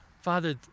Father